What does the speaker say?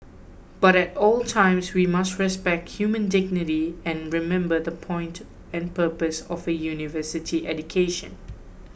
but at all times we must respect human dignity and remember the point and purpose of a university education